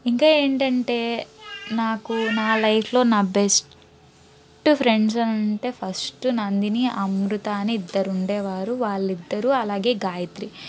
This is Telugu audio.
ఇంకా ఏంటంటే నాకు నా లైఫ్లో నా బెస్ట్ ఫ్రెండ్స్ అనంటే ఫస్ట్ నందిని అమృత అని ఇద్దరుండే వారు వాళ్లిద్దరు అలాగే గాయత్రి